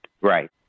Right